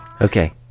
Okay